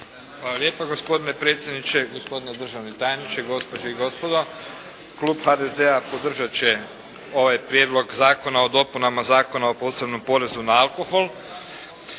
lijepo gospodine predsjedniče. Gospodine državni tajniče, gospođe i gospodo. Klub HDZ-a podržat će ovaj Prijedlog zakona o dopunama Zakona o posebnom porezima na alkohol